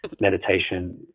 meditation